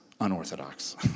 unorthodox